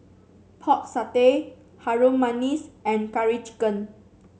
Pork Satay Harum Manis and Curry Chicken